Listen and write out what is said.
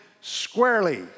squarely